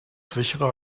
sicherer